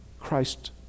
Christ